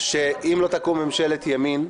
מה תהיה הצבעת ימינה.